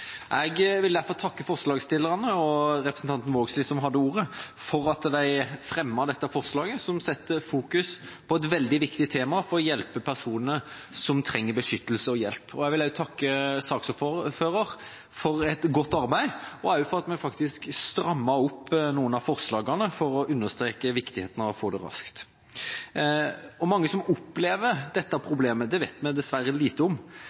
Jeg vil derfor takke forslagsstillerne – og representanten Vågslid, som hadde ordet – for at de fremmet dette forslaget, som setter fokus på et veldig viktig tema for å hjelpe personer som trenger beskyttelse og hjelp. Jeg vil også takke saksordføreren for godt arbeid, og også for at vi faktisk strammet opp noen av forslagene for å understreke viktigheten av å få det raskt. Hvor mange som opplever dette problemet, vet vi dessverre lite om.